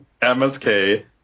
MSK